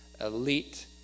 elite